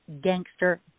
Gangster